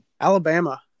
Alabama